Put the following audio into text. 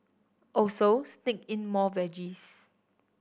also sneak in more veggies